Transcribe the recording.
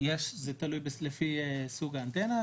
זה תלוי לפי סוג האנטנה,